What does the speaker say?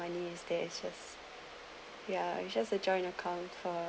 my name is ya it's just a joint account for